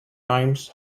times